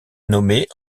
nommée